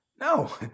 No